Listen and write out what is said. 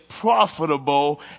profitable